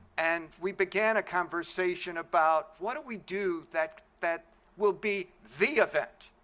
and we began a conversation about what do we do that that will be the event,